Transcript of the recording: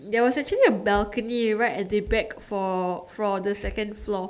there was actually a balcony right at the back for for the second floor